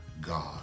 God